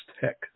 tech